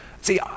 See